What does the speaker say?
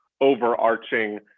overarching